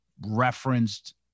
referenced